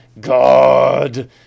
god